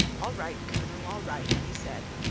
all right, colonel, all right, he said.